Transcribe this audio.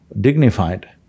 dignified